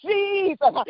Jesus